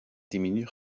diminue